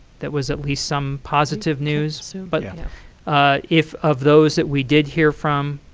that was at least some positive news. but yeah ah if of those that we did hear from,